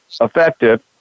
effective